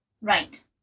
Right